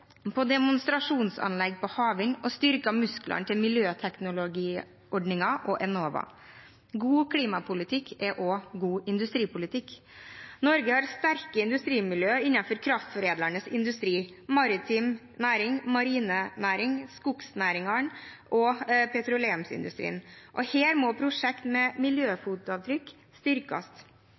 demonstrasjonsanlegg for havvind, og vi styrket Miljøteknologiordningens og Enovas muskler. God klimapolitikk er også god industripolitikk. Norge har sterke industrimiljø innenfor kraftforedlende industri, maritim næring, marin næring, skognæringene og petroleumsindustrien. Her må prosjekt med miljøfotavtrykk styrkes.